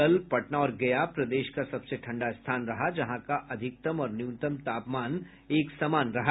कल पटना और गया प्रदेश का सबसे ठंडा स्थान रहा जहां का अधिकतम और न्यूनतम तापमान एक समान रहा